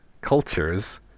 cultures